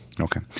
Okay